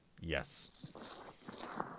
Yes